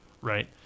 Right